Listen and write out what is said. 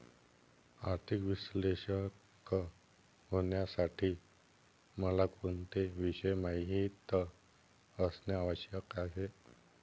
आर्थिक विश्लेषक होण्यासाठी मला कोणते विषय माहित असणे आवश्यक आहे?